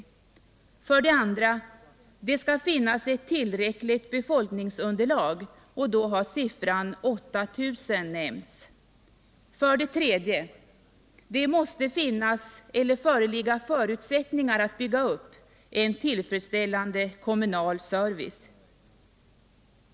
För det andra: Det skall finnas ett tillräckligt befolkningsunderlag, och då har siffran 8 000 nämnts. För det tredje: Det måste finnas — eller föreligga förutsättningar för att bygga upp — en tillfredsställande kommunal service.